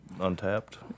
untapped